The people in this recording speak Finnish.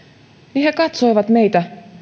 he katsoivat meitä